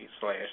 slash